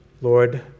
Lord